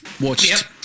Watched